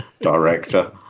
director